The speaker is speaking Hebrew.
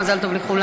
מזל טוב לכולנו.